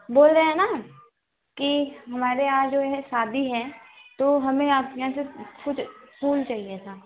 बोल रहे हैं ना कि हमारे यहाँ जो है शादी है तो हमें आपके यहाँ से कुछ फूल चाहिए था